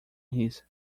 his